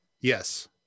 Yes